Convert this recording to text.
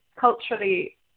culturally